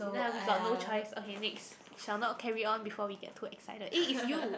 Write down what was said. ya we got no choice okay next shall not carry on before we get too excited eh it's you